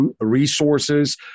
resources